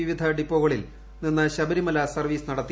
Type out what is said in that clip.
വിവിധ ഡിപ്പോകളിൽ നിന്ന് ശബരിമല സർവ്വീസ് നടത്തി